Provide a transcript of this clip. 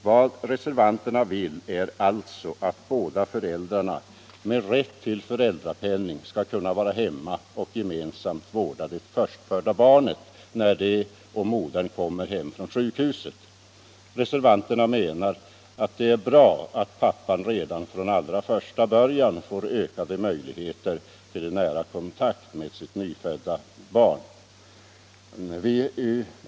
Vad reservanterna vill är alltså att båda föräldrarna med rätt till föräldrapenning skall kunna vara hemma och gemensamt vårda det förstfödda barnet när det och modern kommer hem från sjukhuset. Reservanterna menar att det är bra att pappan redan från allra första början får ökade möjligheter till nära kontakt med sitt nyfödda barn.